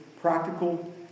practical